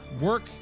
Work